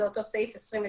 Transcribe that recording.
זה אותו סעיף 22(ב),